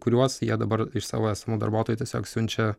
kuriuos jie dabar iš savo esamų darbuotojų tiesiog siunčia